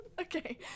Okay